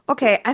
Okay